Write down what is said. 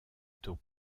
taux